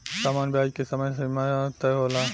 सामान्य ब्याज के समय सीमा तय होला